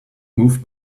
move